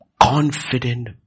confident